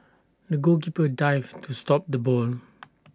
the goalkeeper dived to stop the ball